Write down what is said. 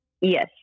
Yes